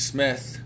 Smith